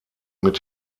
mit